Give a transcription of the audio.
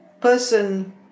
person